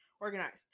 organized